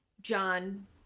John